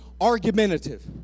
argumentative